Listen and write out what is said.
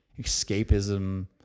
escapism